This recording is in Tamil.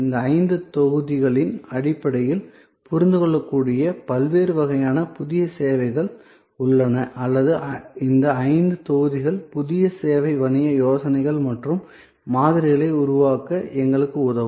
இந்த ஐந்து தொகுதிகளின் அடிப்படையில் புரிந்து கொள்ளக்கூடிய பல்வேறு வகையான புதிய சேவைகள் உள்ளன அல்லது இந்த ஐந்து தொகுதிகள் புதிய சேவை வணிக யோசனைகள் மற்றும் மாதிரிகளை உருவாக்க எங்களுக்கு உதவும்